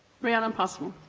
rhianon passmore